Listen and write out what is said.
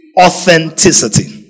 authenticity